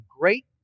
great